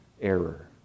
error